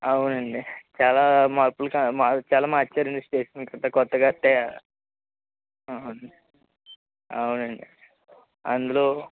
అవునండి చాలా మార్పులు చాలా మార్చారండి స్టేషన్ ఇప్పుడంతా కొత్తగా కట్టి అహ అవునండి అందులో